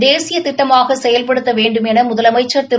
தேசிய திட்டமாக செயல்படுத்த வேண்டும் என முதலமைச்சர் திரு